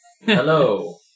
Hello